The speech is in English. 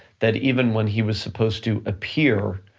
that even when he was supposed to appear,